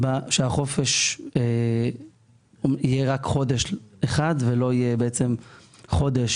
החופש יהיה רק חודש אחד ולא יהיה חודש